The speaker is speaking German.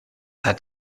hat